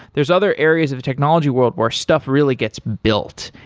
there's other areas of a technology world where stuff really gets built.